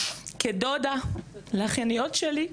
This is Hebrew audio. כדודה לאחייניות שלי,